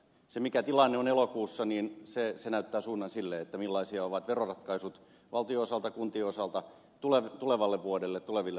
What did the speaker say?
se mikä tilanne on elokuussa näyttää suunnan sille millaisia ovat veroratkaisut valtion osalta kuntien osalta tulevalle vuodelle tuleville vuosille